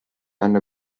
and